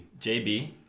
JB